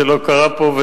דבר שלא קרה פה,